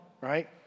right